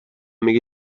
میگه